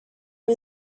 for